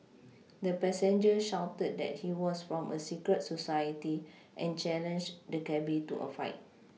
the passenger shouted that he was from a secret society and challenged the cabby to a fight